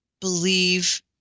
believe